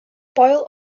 boyle